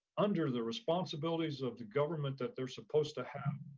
under the responsibilities of the government that they're supposed to have.